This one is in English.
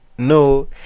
no